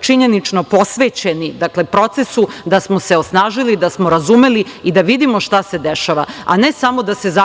činjenično posvećeni procesu, da smo se osnažili, da smo razumeli i da vidimo šta se dešava, a ne samo da se zaklinjemo